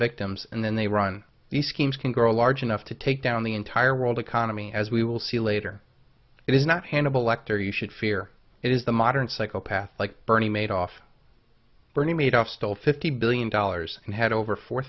victims and then they run these schemes can grow large enough to take down the entire world economy as we will see later it is not hannibal lector you should fear it is the modern psychopaths like bernie madoff bernie madoff stole fifty billion dollars and had over four